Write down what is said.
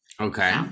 okay